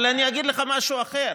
אבל אני אגיד לכם משהו אחר,